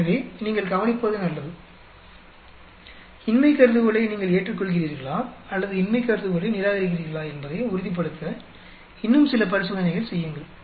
எனவே நீங்கள் கவனிப்பது நல்லது இன்மை கருதுகோளை நீங்கள் ஏற்றுக்கொள்கிறீர்களா அல்லது இன்மை கருதுகோளை நிராகரிக்கிறீர்களா என்பதை உறுதிப்படுத்த இன்னும் சில பரிசோதனைகள் செய்யுங்கள்